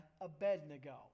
Abednego